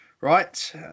right